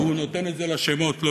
הוא נותן את זה לשמות, לא